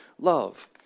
Love